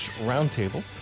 Roundtable